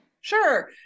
Sure